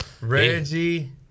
Reggie